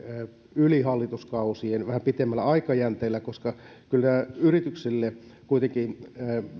yli hallituskausien vähän pitemmällä aikajänteellä koska kyllä yrityksille kuitenkin